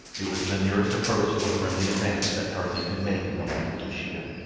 it was the nearest approach to a friendly advance that tarzan could make in the language of sheeta.